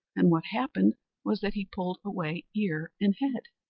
and what happened was that he pulled away ear and head.